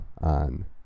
on